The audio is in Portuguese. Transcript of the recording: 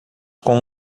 com